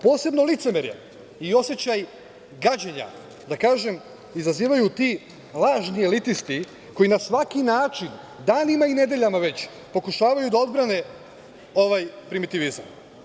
Posebno licemerje i osećaj gađenja, da kažem, izazivaju ti lažni elitisti koji na svaki način danima i nedeljama već pokušavaju da odbrane ovaj primitivizam.